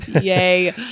Yay